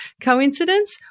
coincidence